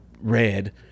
red